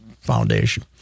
Foundation